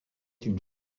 une